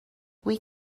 with